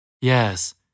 Yes